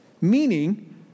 Meaning